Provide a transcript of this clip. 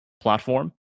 platform